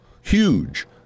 huge